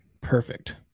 Perfect